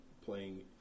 playing